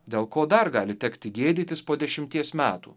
dėl ko dar gali tekti gėdytis po dešimties metų